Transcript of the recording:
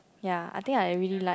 ya I think I really like